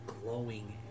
glowing